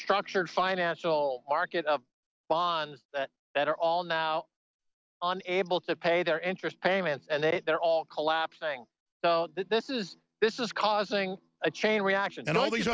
structured financial market bonds that are all now able to pay their interest payments and then they're all collapsing so this is this is causing a chain reaction and all these